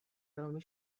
velmi